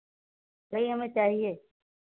वही हमें चाहिए